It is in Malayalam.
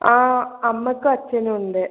ആ അമ്മയ്ക്കും അച്ഛനുമുണ്ട്